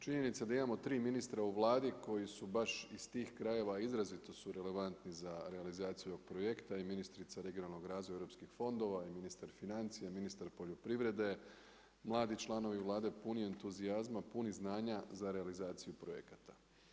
Činjenica da imamo 3 ministra u Vladi koji su baš iz tih krajeva, izrazito su relevantni za realizaciju ovoga projekta i ministrica regionalnog razvoja europskih fondova i ministar financija, ministar poljoprivrede, mladi članovi Vlade puni entuzijazma, puni znanja za realizaciju projekata.